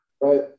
Right